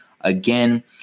Again